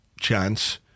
chance